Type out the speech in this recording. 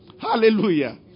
Hallelujah